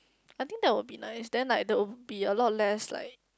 I think that would be nice then like there'll be a lot less like